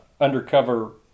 undercover